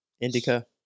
indica